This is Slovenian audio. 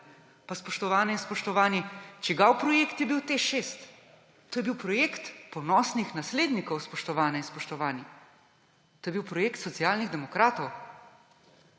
Spoštovane in spoštovani, čigav projekt je bil Teš 6? To je bil projekt ponosnih naslednikov, spoštovane in spoštovani. To je bil projekt Socialnih demokratov.